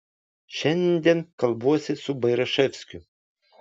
šiandien kalbuosi su bairaševskiu